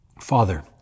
Father